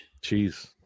cheese